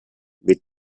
with